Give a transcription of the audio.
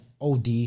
OD